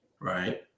right